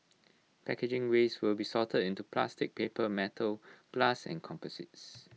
packaging waste will be sorted into plastic paper metal glass and composites